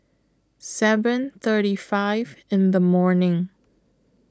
seven thirty five in The morning